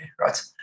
right